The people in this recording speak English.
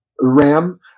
ram